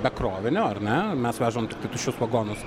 be krovinio ar ne mes vežam tuščius vagonus